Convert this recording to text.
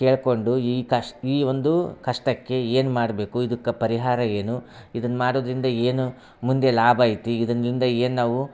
ಕೇಳ್ಕೊಂಡು ಈ ಕಷ್ ಈ ಒಂದು ಕಷ್ಟಕ್ಕೆ ಏನು ಮಾಡಬೇಕು ಇದಕ್ಕೆ ಪರಿಹಾರ ಏನು ಇದನ್ನ ಮಾಡೋದ್ರಿಂದ ಏನು ಮುಂದೆ ಲಾಭ ಐತಿ ಇದನ್ನ ಇಂದ ಏನು ನಾವು